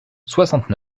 soixante